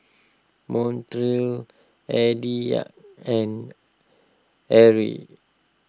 Montrell Aditya and Eryn